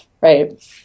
right